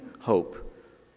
hope